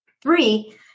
Three